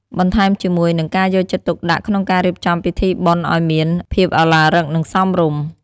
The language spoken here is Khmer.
បន្ថែមជាមួយ នឹងការយកចិត្តទុកដាក់ក្នុងការរៀបចំពិធីបុណ្យអោយមានភាពឱឡារិក និងសមរម្យ។